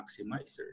maximizers